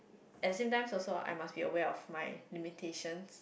at the same times also I must be aware of my limitations